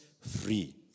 free